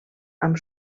amb